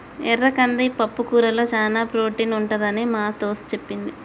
ఎర్ర కంది పప్పుకూరలో చానా ప్రోటీన్ ఉంటదని మా దోస్తు చెప్పింది